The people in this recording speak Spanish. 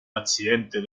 accidente